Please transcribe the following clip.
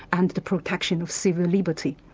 and the protection of civil liberty.